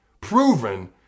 proven